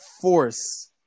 force